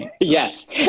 Yes